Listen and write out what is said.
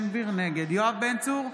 יואב בן צור,